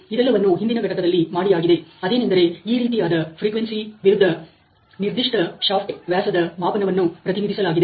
ಇದೆಲ್ಲವನ್ನು ಹಿಂದಿನ ಘಟಕದಲ್ಲಿ ಮಾಡಿಯಾಗಿದೆ ಅದೇನೆಂದರೆ ಈ ರೀತಿಯಾಗಿ ಫ್ರಿಕ್ವೆನ್ಸಿ ವಿರುದ್ಧ ನಿರ್ದಿಷ್ಟ ಶಾಫ್ಟ್ ವ್ಯಾಸದ ಮಾಪನವನ್ನು ಪ್ರತಿನಿಧಿಸಲಾಗಿದೆ